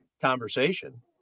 conversation